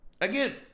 Again